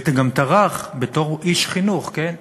וגם טרח, בתור איש חינוך, כן?